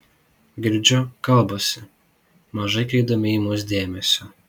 girdžiu kalbasi mažai kreipdami į mus dėmesio